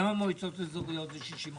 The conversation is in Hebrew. למה המועצות האזוריות זה 60-40?